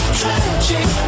tragic